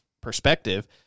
perspective